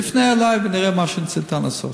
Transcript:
תפנה אלי ונראה מה ניתן לעשות.